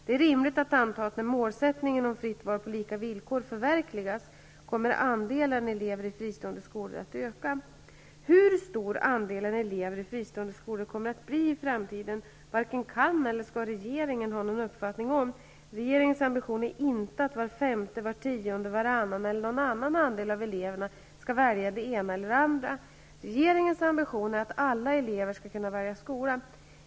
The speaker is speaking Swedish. Det är rimligt att anta, att när målsättningen om fritt val på lika villkor förverkligas, kommer andelen elever i fristående skolor att öka. Hur stor andelen elever i fristående skolor kommer att bli i framtiden varken kan eller skall regeringen ha någon uppfattning om. Regeringens ambition är inte att var femte, var tionde, varannan eller någon annan andel av eleverna skall välja det ena eller det andra. Regeringens ambition är att alla elever skall kunna välja skola.